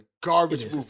garbage